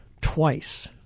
twice